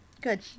Good